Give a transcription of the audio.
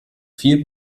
viel